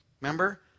Remember